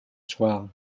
soir